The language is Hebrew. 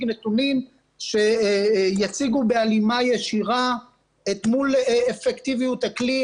נתונים שיציגו בהלימה ישירה אל מול אפקטיביות הכלי,